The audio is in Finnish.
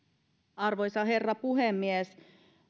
arvoisa herra puhemies